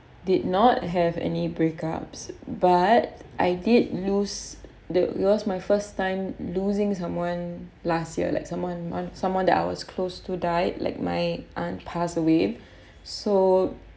did not have any breakups but I did lose the it was my first time losing someone last year like someone someone that I was close to died like my aunt passed away so